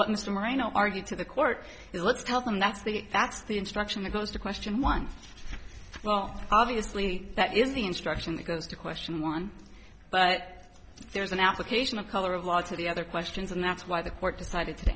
mr marino argued to the court is let's tell them that's the that's the instruction that goes to question one well obviously that is the instruction that goes to question one but there's an application of color of law to the other questions and that's why the court decided to